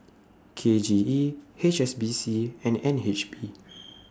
K J E H S B C and N H B